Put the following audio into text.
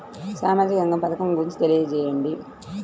సామాజిక రంగ పథకం గురించి తెలియచేయండి?